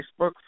Facebook